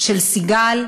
של סיגל,